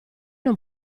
non